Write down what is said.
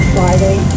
Friday